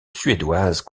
suédoise